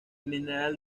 mineral